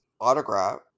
autograph